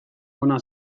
hona